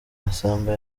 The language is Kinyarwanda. masamba